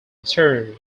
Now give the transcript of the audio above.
return